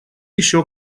еще